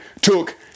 took